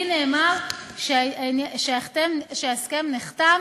לי נאמר שההסכם נחתם.